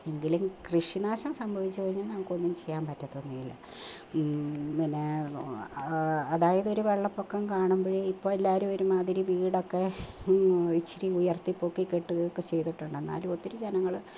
എങ്കിലും കൃഷിനാശം സംഭവിച്ചു കഴിഞ്ഞാൽ ഞങ്ങൾക്കൊന്നും ചെയ്യാൻ പറ്റത്തൊന്നുമില്ല പിന്നെ അതായത് ഒരു വെള്ളപ്പൊക്കം കാണുമ്പോഴെ ഇപ്പോൾ എല്ലാവരും ഒരുമാതിരി വീടൊക്കെ ഇച്ചിരി ഉയർത്തിപ്പൊക്കിക്കെട്ടുകയൊക്കെ ചെയ്തിട്ടുണ്ട് എന്നാലും ഒത്തിരി ജനങ്ങൾ